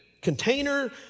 container